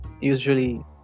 usually